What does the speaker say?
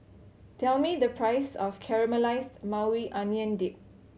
tell me the price of Caramelized Maui Onion Dip